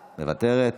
מוותרת.